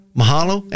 mahalo